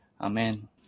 Amen